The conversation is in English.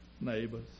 neighbors